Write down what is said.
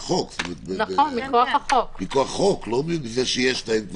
מכוח החוק, לא סתם כי יש להם כללים.